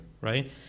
right